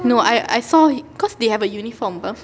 no I I saw because they have a uniform [pe]